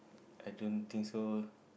I don't think so